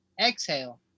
exhale